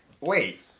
wait